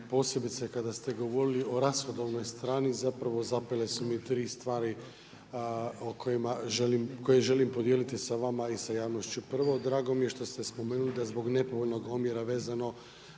posebice kada ste govorili o rashodovnoj strani zapele su mi tri stvari koje želim podijeliti sa vama i sa javnošću. Prvo, drago mi je što ste spomenuli da zbog nepovoljnog omjera vezano